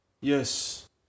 yes